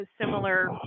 similar